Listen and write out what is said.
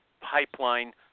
pipeline